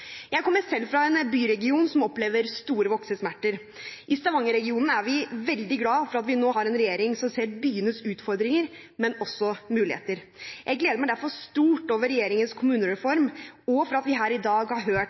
Jeg kommer selv fra en byregion som opplever store voksesmerter. I Stavangerregionen er vi veldig glad for at vi nå har en regjering som ser byenes utfordringer, men også muligheter. Jeg gleder meg derfor stort over regjeringens kommunereform, og for at vi her i dag har hørt